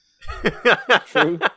true